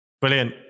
Brilliant